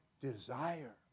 desire